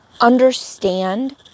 understand